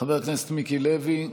חבר הכנסת מיקי לוי,